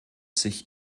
sich